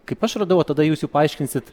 kaip aš radau o tada jūs jau paaiškinsit